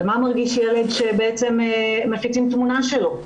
על מה מרגיש ילד שבעצם מפיצים תמונה שלו,